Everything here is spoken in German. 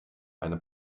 eine